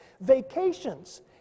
Vacations